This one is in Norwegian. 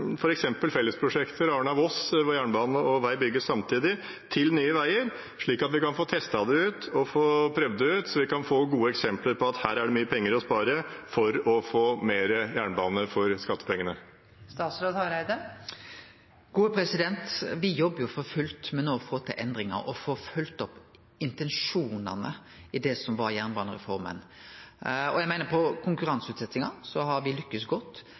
jernbane og vei bygges samtidig, til Nye Veier, slik at vi kan få testet det ut, få prøvd det ut og få gode eksempler på at det er mye penger å spare og få mer jernbane for skattepengene? Me jobbar no for fullt med å få til endringar og følgje opp intensjonane i jernbanereforma. Eg meiner at på konkurranseutsetjinga har me lukkast godt, men når det gjeld bygging av infrastruktur, har me ikkje lukkast godt